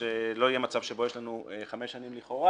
שלא יהיה מצב שבו יש לו חמש שנים לכאורה